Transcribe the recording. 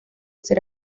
ser